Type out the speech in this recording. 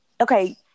okay